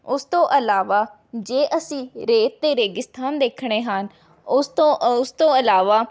ਉਸ ਤੋਂ ਇਲਾਵਾ ਜੇ ਅਸੀਂ ਰੇਤ ਅਤੇ ਰੇਗਿਸਤਾਨ ਦੇਖਣੇ ਹਨ ਉਸ ਤੋਂ ਉਸ ਤੋਂ ਇਲਾਵਾ